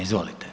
Izvolite.